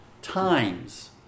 Times